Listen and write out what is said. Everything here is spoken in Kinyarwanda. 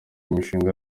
imishinga